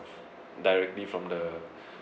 directly from the